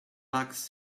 bucks